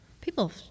People